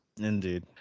Indeed